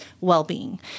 well-being